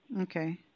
Okay